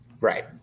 Right